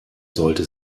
solle